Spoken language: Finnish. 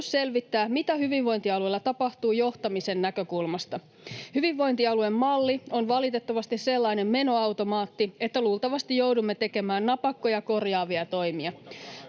selvittää, mitä hyvinvointialueilla tapahtuu johtamisen näkökulmasta. Hyvinvointialuemalli on valitettavasti sellainen menoautomaatti, että luultavasti joudumme tekemään napakkoja korjaavia toimia.